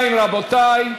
2, רבותי.